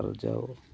ᱟᱨᱡᱟᱣ